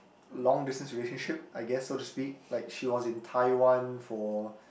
long distance relationship I guess so to speak like she was in Taiwan for